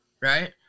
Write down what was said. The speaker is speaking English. right